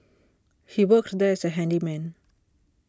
he worked there as a handyman